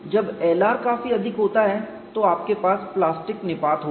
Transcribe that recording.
जब Lr काफी अधिक होता है तो आपके पास प्लास्टिक निपात होगा